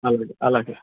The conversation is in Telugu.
అలాగే అలాగే